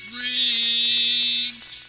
rings